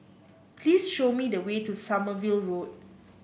please show me the way to Sommerville Road